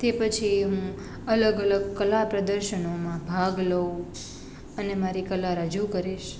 તે પછી હું અલગ અલગ કલા પ્રદર્શનોમાં ભાગ લઉં અને મારી કલા રજૂ કરીશ